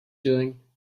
doing